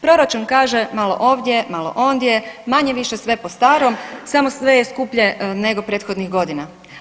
Proračun kaže malo ovdje, malo ondje, manje-više sve po starom, samo sve je skuplje nego prethodnih godina.